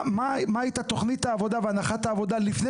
מה הייתה תוכנית העבודה והנחת העבודה לפני